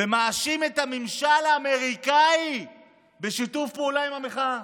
ומאשים את הממשל האמריקאי בשיתוף פעולה עם המחאה.